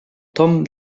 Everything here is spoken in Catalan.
tomb